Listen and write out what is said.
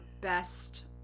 best